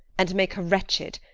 and make her wretched.